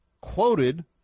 quoted